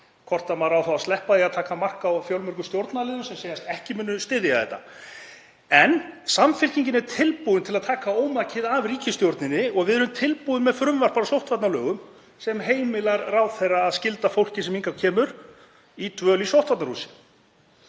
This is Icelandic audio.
hvort maður á þá að sleppa því að taka mark á fjölmörgum stjórnarliðum sem segjast ekki munu styðja þetta. En Samfylkingin er tilbúin til að taka ómakið af ríkisstjórninni og við erum tilbúin með frumvarp til breytinga á sóttvarnalögum sem heimilar ráðherra að skylda fólk sem hingað kemur í dvöl í sóttvarnahúsi.